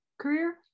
career